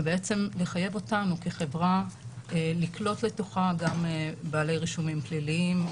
ולחייב אותנו כחברה לקלוט לתוכה גם בעלי רישומים פליליים,